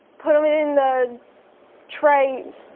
put um it in the trays,